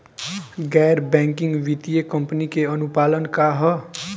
गैर बैंकिंग वित्तीय कंपनी के अनुपालन का ह?